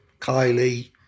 Kylie